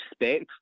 respect